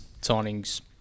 signing's